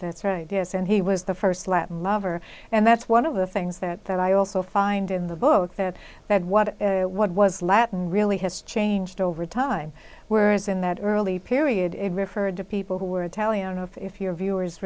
that's right yes and he was the first latin lover and that's one of the things that i also find in the book that that what what was latin really has changed over time whereas in that early period it referred to people who were italian of if your viewers